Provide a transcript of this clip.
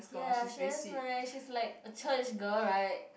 ya she is nice she like a church girl [right]